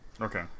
Okay